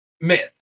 Myth